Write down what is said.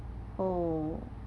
oh